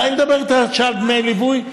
אני מדבר איתך עכשיו על דמי ליווי.